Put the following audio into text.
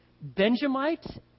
Benjamite